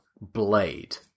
Blade